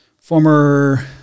former